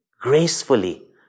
gracefully